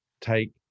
take